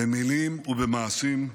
במילים ובמעשים,